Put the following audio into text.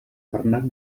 bernat